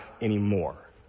anymore